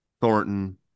Thornton